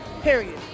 Period